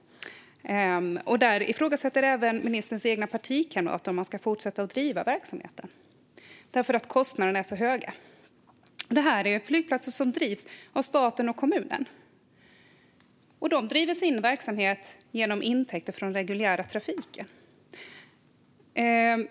Där ifrågasätter även ministerns egna partikamrater om man ska fortsätta driva verksamheten därför att kostnaderna är så höga. Det här är flygplatser som drivs av staten och kommunen, och de bedriver sin verksamhet genom intäkter från den reguljära trafiken.